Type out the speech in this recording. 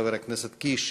חבר הכנסת קיש,